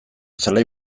zelai